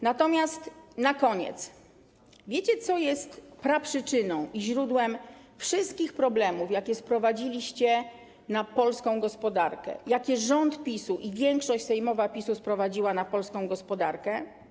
Na koniec pytanie: Wiecie, co jest praprzyczyną, źródłem wszystkich problemów, jakie sprowadziliście na polską gospodarkę, jakie rząd PiS-u i większość sejmowa PiS-u sprowadziła na polską gospodarkę?